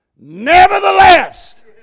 Nevertheless